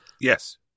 Yes